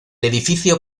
edificio